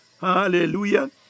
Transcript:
Hallelujah